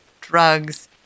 drugs